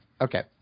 Okay